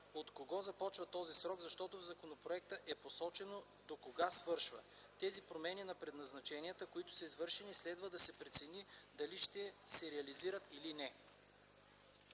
откога започва този срок, защото в законопроекта е посочено докога свършва. Тези промени на предназначенията, които са извършени, следва да се прецени дали ще се ревизират или не.